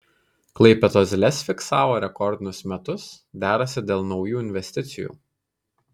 klaipėdos lez fiksavo rekordinius metus derasi dėl naujų investicijų